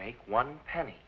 make one penny